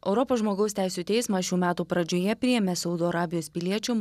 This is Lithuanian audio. europos žmogaus teisių teismas šių metų pradžioje priėmė saudo arabijos piliečium